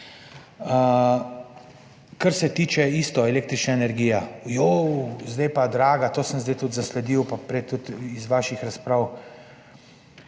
Kar se tiče električne energije. Zdaj je pa draga, to sem zdaj zasledil, pa prej tudi iz vaših razprav,